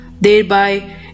thereby